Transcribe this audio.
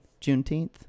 Juneteenth